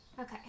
Okay